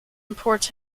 reports